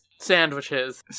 sandwiches